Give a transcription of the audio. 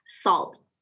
salt